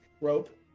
rope